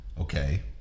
Okay